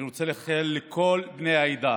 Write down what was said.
אני רוצה לאחל לכל בני העדה